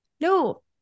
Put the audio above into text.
no